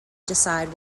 decide